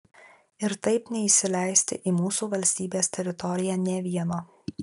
ir taip neįsileisti į mūsų valstybės teritoriją nė vieno